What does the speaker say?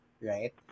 right